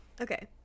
Okay